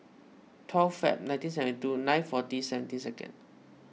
twelve Feb nineteen seventy two nine forty seventeen second